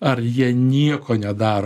ar jie nieko nedaro